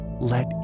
Let